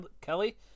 Kelly